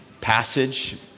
passage